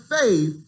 faith